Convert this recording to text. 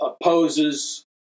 opposes